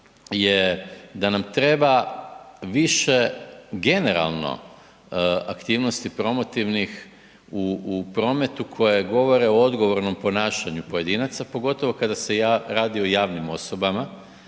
je da nam treba više generalno aktivnosti promotivnih u prometu koje govore o odgovornom ponašanju pojedinaca, pogotovo kada se radi o javnim osobama